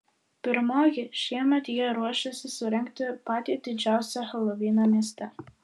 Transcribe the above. pirmoji šiemet jie ruošiasi surengti patį didžiausią helovyną mieste